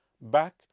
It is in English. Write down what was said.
back